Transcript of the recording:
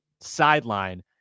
sideline